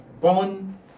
Born